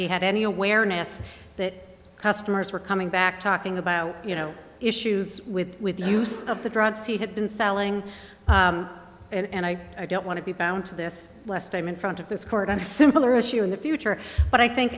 he had any awareness that customers were coming back talking about you know issues with with the use of the drugs he had been selling and i don't want to be bound to this less time in front of this court on a simpler issue in the future but i think